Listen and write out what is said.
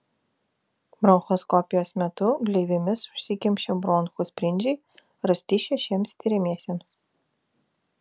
bronchoskopijos metu gleivėmis užsikimšę bronchų spindžiai rasti šešiems tiriamiesiems